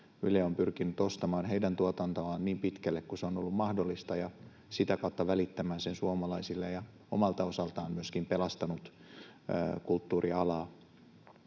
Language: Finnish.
Yle on pyrkinyt ostamaan heidän tuotantoaan niin pitkälle kuin se on ollut mahdollista ja sitä kautta välittämään sen suomalaisille ja omalta osaltaan myöskin pelastanut kulttuurialaa.